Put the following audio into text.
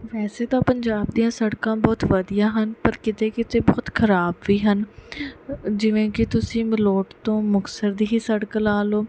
ਵੈਸੇ ਤਾਂ ਪੰਜਾਬ ਦੀਆਂ ਸੜਕਾਂ ਬਹੁਤ ਵਧੀਆ ਹਨ ਪਰ ਕਿਤੇ ਕਿਤੇ ਬਹੁਤ ਖਰਾਬ ਵੀ ਹਨ ਜਿਵੇਂ ਕਿ ਤੁਸੀਂ ਮਲੋਟ ਤੋਂ ਮੁਕਤਸਰ ਦੀ ਹੀ ਸੜਕ ਲਾ ਲਓ